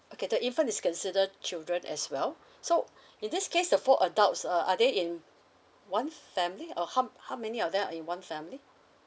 okay the infant is consider children as well so in this case the four adults uh are they in one family or how how many of them are in one family